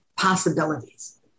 possibilities